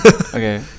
okay